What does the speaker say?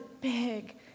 big